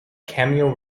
cameo